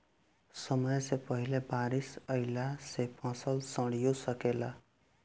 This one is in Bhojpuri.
समय से पहिले बारिस अइला से फसल सडिओ सकेला